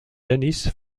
denis